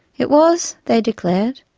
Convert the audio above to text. it was, they declared,